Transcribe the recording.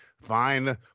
Fine